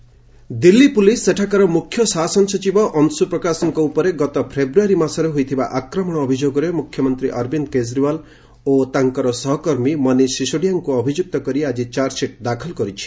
Kejriwal Delhi police ସେଠାକାର ମୁଖ୍ୟ ଶାସନ ସଚିବ ଅଂଶୁ ପ୍ରକାଶଙ୍କ ଉପରେ ଗତ ଫେବୃୟାରୀ ମାସରେ ହୋଇଥିବା ଆକ୍ରମଣ ଅଭିଯୋଗରେ ମୁଖ୍ୟମନ୍ତ୍ରୀ ଅରବିନ୍ଦ କେଜରିୱାଲ୍ ଓ ତାଙ୍କର ସହକର୍ମୀ ମନିଶ ସିଶୋଡିଆଙ୍କୁ ଅଭିଯୁକ୍ତ କରି ଆଜି ଚାର୍ଜସିଟ୍ ଦାଖଲ କରିଛି